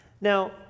now